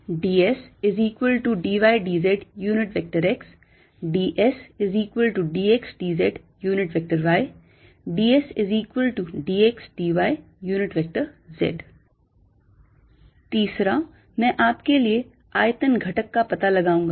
dsdydzx dsdxdzy dsdxdyz तीसरा मैं आपके लिए आयतन घटक का पता लगाऊँगा